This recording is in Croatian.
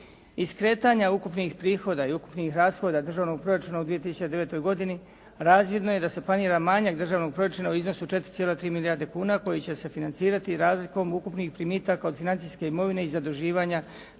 Iz skretanja ukupnih prihoda i ukupnih rashoda državnog proračuna u 2009. godini razvidno je da se planira manjak državnog proračuna od 4,3 milijarde kuna koji će se financirati razlikom ukupnih primitaka od financijske imovine i zaduživanja